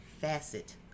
facet